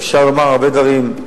אפשר לומר הרבה דברים,